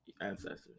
ancestors